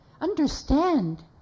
understand